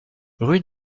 rue